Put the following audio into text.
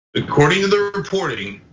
according to the reporting,